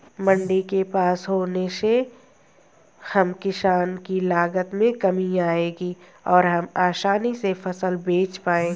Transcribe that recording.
मंडी के पास होने से हम किसान की लागत में कमी आएगी और हम आसानी से फसल बेच पाएंगे